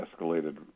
escalated